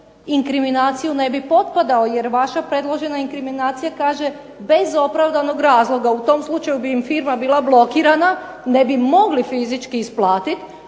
inkriminaciju ne bi potpadao jer vaša predložena inkriminacija kaže: "bez opravdanog razloga". U tom slučaju bi im firma bila blokirana, ne bi mogli fizički isplatiti,